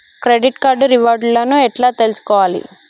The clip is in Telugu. క్రెడిట్ కార్డు రివార్డ్ లను ఎట్ల తెలుసుకోవాలే?